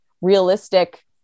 realistic